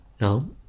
No